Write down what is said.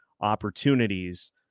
opportunities